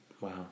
Wow